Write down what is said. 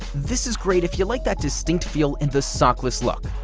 this is great if you like that distinct feel and the sockless look.